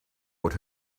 what